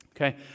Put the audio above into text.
okay